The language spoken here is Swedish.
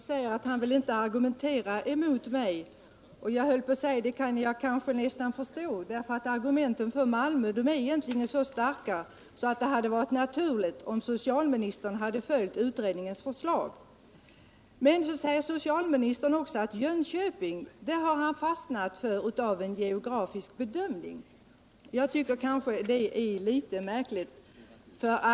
Herr talman! Socialministern sade att han inte vill argumentera mot mig. Det kan jag nästan förstå, eftersom argumenten för Malmö egentligen är så starka att det hade varit naturligt om socialministern följt utredningens förslag. Socialministern framhöll att han hade fastnat för Jönköping efter en geografisk bedömning. Jag tycker att det är litet märkligt.